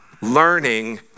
learning